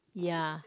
ya